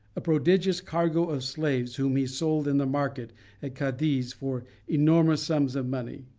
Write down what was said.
a prodigious cargo of slaves, whom he sold in the market at cadiz for enormous sums of money.